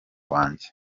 wanjye